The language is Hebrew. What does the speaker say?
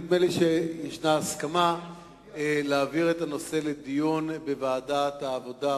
נדמה לי שיש הסכמה להעביר את הנושא לדיון בוועדת העבודה,